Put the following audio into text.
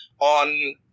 on